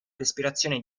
respirazione